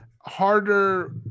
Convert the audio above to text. harder